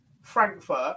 Frankfurt